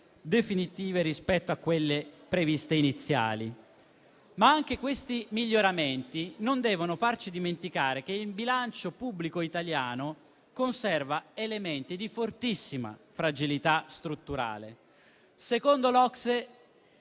definitive rispetto a quelle inizialmente previste. Anche questi miglioramenti però non devono farci dimenticare che il bilancio pubblico italiano conserva elementi di fortissima fragilità strutturale. Secondo l'OCSE